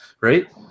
right